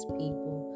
people